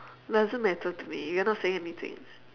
doesn't matter to me we are not saying anything